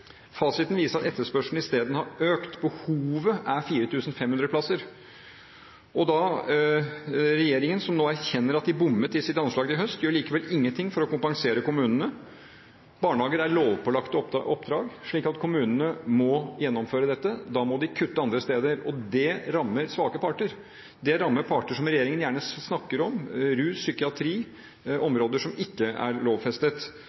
Fasiten viser at etterspørselen isteden har økt, behovet er 4 500 plasser. Regjeringen, som nå erkjenner at de bommet i sitt anslag i høst, gjør likevel ingenting for å kompensere kommunene. Barnehager er lovpålagte oppdrag, slik at kommunene må gjennomføre dette. Da må de kutte andre steder, og det rammer svake parter. Det rammer parter som regjeringen gjerne snakker om: rus, psykiatri, områder som ikke er lovfestet.